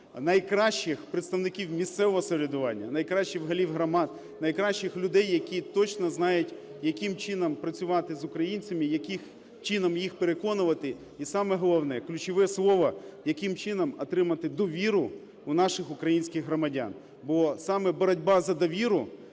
найкращих представників місцевого самоврядування, найкращих голів громад, найкращих людей, які точно знають, яким чином працювати з українцями, яким чино їх переконувати. І саме головне ключове слово – яким чином отримати довіру у наших українських громадян, бо саме боротьба за довіру